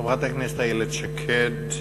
חברת הכנסת איילת שקד,